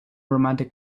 romantic